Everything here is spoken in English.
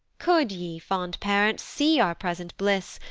could ye, fond parents, see our present bliss,